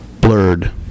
blurred